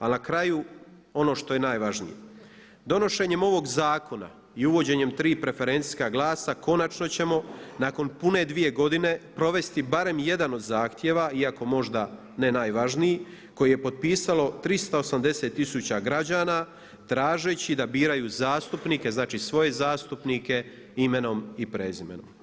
Ali na kraju ono što je najvažnije, donošenjem ovog zakona i uvođenjem tri preferencijska glasa konačno ćemo nakon pune dvije godine provesti barem jedan od zahtjeva iako možda ne najvažniji koji je potpisalo 380 tisuća građana tražeći da biraju zastupnike, znači svoje zastupnike imenom i prezimenom.